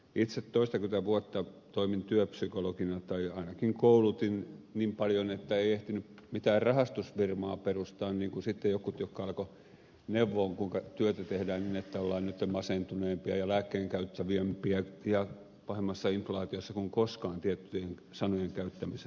itse toistakymmentä vuotta toimin työpsykologina tai ainakin koulutin niin paljon että ei ehtinyt mitään rahastusfirmaa perustaa niin kuin sitten jotkut jotka alkoivat neuvoa kuinka työtä tehdään niin että ollaan nyt masentuneempia ja lääkkeenkäyttävämpiä ja pahemmassa inflaatiossa kuin koskaan tiettyjen sanojen käyttämisessä